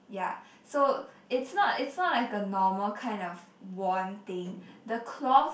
ya so it's not it's not like a normal kind of wand thing the cloth